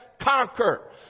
conquer